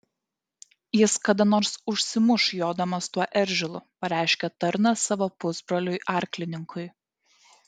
jis kada nors užsimuš jodamas tuo eržilu pareiškė tarnas savo pusbroliui arklininkui